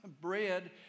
bread